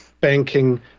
banking